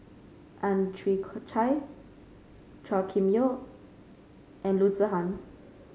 Ang Chwee Chai Chua Kim Yeow and Loo Zihan